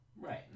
Right